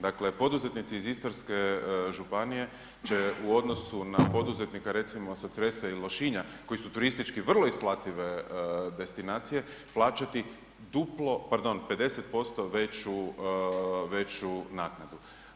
Dakle, poduzetni iz Istarske županije će u odnosu na poduzetnik recimo sa Cresa ili Lošinja koji su turistički vrlo isplative destinacije plaćati duplo, pardon 50% veću naknadu.